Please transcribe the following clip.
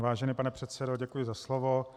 Vážený pane předsedo, děkuji za slovo.